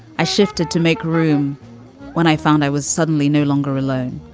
i shifted to make room when i found i was suddenly no longer alone.